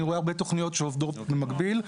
אני רואה הרבה תוכניות שעובדות במקביל.